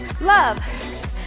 Love